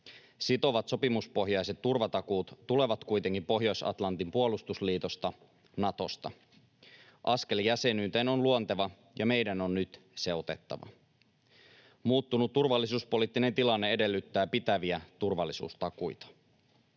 Sitovat sopimuspohjaiset turvatakuut tulevat kuitenkin Pohjois-Atlantin puolustusliitosta, Natosta. Askel jäsenyyteen on luonteva, ja meidän on nyt se otettava. Muuttunut turvallisuuspoliittinen tilanne edellyttää pitäviä turvallisuustakuita.